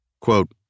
Quote